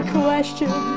question